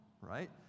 right